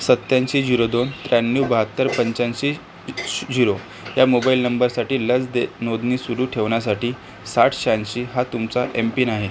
सत्याऐंशी झिरो दोन त्र्याण्णव बहात्तर पंच्याऐंशी शू झिरो या मोबाईल नंबरसाठी लस दे नोंदणी सुरू ठेवण्यासाठी साठ शहाऐंशी हा तुमचा एमपिन आहे